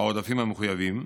העודפים המחויבים.